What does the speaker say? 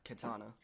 Katana